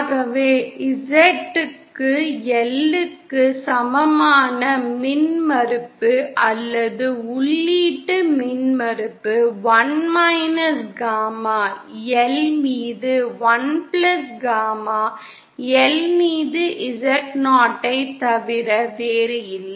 ஆகவே Z க்கு L க்கு சமமான மின்மறுப்பு அல்லது உள்ளீட்டு மின்மறுப்பு 1 காமா L மீது 1 காமா L மீது Zo ஐத் தவிர வேறில்லை